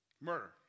Murder